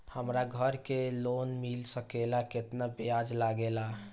हमरा घर के लोन मिल सकेला केतना ब्याज लागेला?